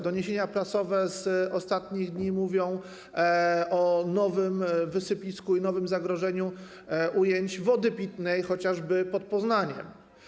Doniesienia prasowe z ostatnich dni mówią o nowym wysypisku i nowym zagrożeniu ujęć wody pitnej, chociażby pod Poznaniem.